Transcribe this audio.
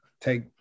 take